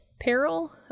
peril